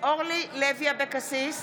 אורלי לוי אבקסיס,